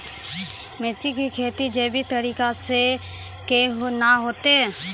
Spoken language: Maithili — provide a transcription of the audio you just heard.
मिर्ची की खेती जैविक तरीका से के ना होते?